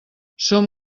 som